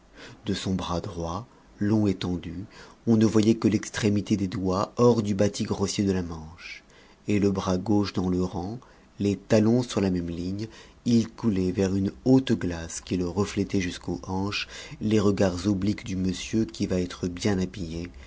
de son bras droit long étendu on ne voyait que l'extrémité des doigts hors du bâti grossier de la manche et le bras gauche dans le rang les talons sur la même ligne il coulait vers une haute glace qui le reflétait jusqu'aux hanches les regards obliques du monsieur qui va être bien habillé